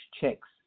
checks